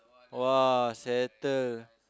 !wah! settle